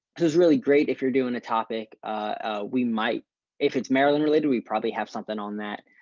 because really great if you're doing a topic we might if it's maryland related, we probably have something on that.